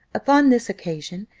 upon this occasion,